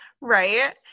Right